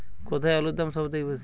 কোথায় আলুর দাম সবথেকে বেশি?